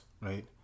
right